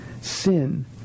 sin